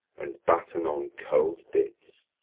and batten on cold bits.